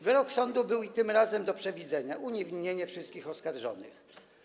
Wyrok sądu był i tym razem do przewidzenia: uniewinnienie wszystkich oskarżonych.